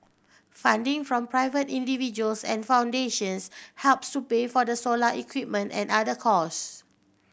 funding from private individuals and foundations helps to pay for the solar equipment and other cost